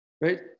right